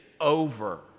over